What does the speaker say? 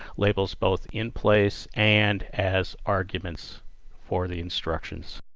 labels both in place and as arguments for the instructions.